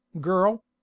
girl